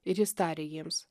ir jis tarė jiems